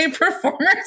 performers